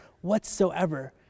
whatsoever